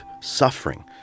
suffering